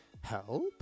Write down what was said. Help